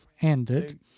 ended